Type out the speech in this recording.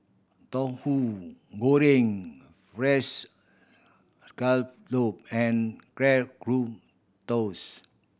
Tauhu Goreng Fried Scallop and